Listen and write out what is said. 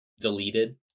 Deleted